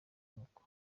nk’uku